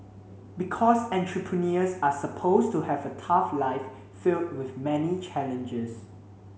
because entrepreneurs are supposed to have a tough life filled with many challenges